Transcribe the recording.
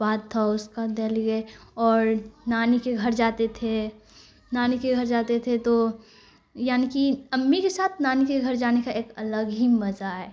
بات تھا اس کا دہلی گئے اور نانی کے گھر جاتے تھے نانی کے گھر جاتے تھے تو یعنی کہ امی کے ساتھ نانی کے گھر جانے کا ایک الگ ہی مزہ آئے